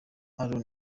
aaron